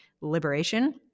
liberation